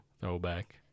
throwback